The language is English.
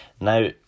Now